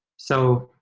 so